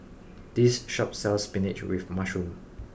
this shop sells Spinach with mushroom